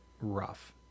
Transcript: rough